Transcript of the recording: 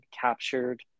captured